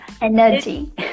energy